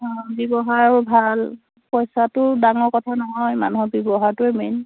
অঁ ব্যৱহাৰো ভাল পইচাটো ডাঙৰ কথা নহয় মানুহৰ ব্যৱহাৰটোৱে মেইন